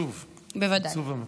עצוב, עצוב המצב.